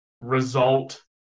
result